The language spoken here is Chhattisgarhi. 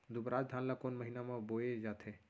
दुबराज धान ला कोन महीना में बोये जाथे?